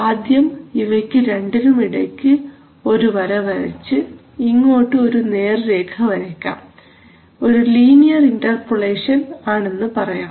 ആദ്യം ഇവയ്ക്ക് രണ്ടിനും ഇടയ്ക്ക് ഒരു വര വരച്ച് ഇങ്ങോട്ട് ഒരു നേർരേഖ വരയ്ക്കാം ഒരു ലീനിയർ ഇന്റർപൊളേഷൻ ആണെന്ന് പറയാം